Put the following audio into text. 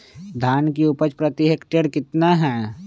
धान की उपज प्रति हेक्टेयर कितना है?